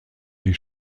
die